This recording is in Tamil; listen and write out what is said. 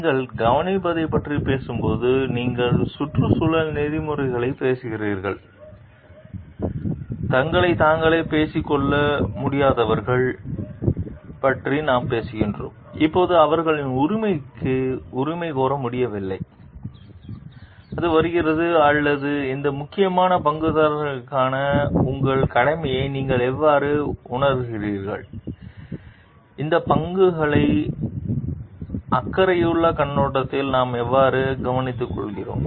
நீங்கள் கவனிப்பைப் பற்றி பேசும்போது நீங்கள் சுற்றுச்சூழல் நெறிமுறைகளைப் பேசுகிறீர்கள் தங்களைத் தாங்களே பேசிக் கொள்ள முடியாதவர்களைப் பற்றி நாம் பேசுகிறோம் அப்போது அவர்களின் உரிமைகளுக்கு உரிமை கோர முடியவில்லை அது வருகிறது அல்லது இந்த முக்கியமான பங்குதாரர்களுக்கான உங்கள் கடமையை நீங்கள் எவ்வாறு உணருகிறீர்கள் இந்த பங்குதாரர்களை அக்கறையுள்ள கண்ணோட்டத்தில் நாம் எவ்வாறு கவனித்துக்கொள்கிறோம்